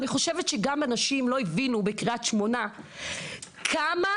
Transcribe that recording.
אני חושבת שגם אנשים לא הבינו בקריית שמונה, כמה